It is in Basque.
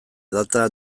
data